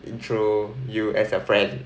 intro you as a friend